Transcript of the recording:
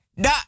Da